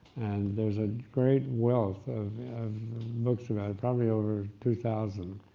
and there's a great wealth of books about it, probably over, two thousand,